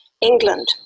England